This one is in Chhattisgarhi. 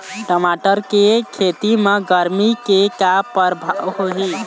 टमाटर के खेती म गरमी के का परभाव होही?